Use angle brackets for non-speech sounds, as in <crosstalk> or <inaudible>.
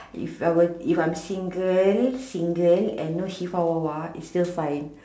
<breath> if I were if I'm single single and no see for !wah! !wah! it's still fine